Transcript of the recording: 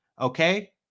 Okay